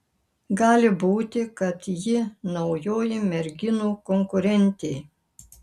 gali būti kad ji naujoji merginų konkurentė